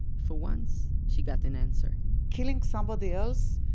for once, she got an answer killing somebody else